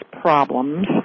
problems